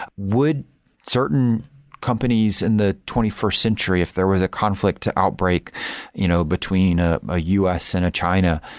would certain companies in the twenty first century, if there was a conflict to outbreak you know between ah a u s. and a china,